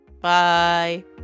Bye